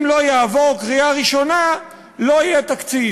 אם זה לא יעבור בקריאה ראשונה, לא יהיה תקציב.